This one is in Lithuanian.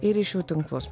ir ryšių tinklus